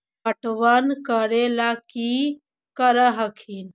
पटबन करे ला की कर हखिन?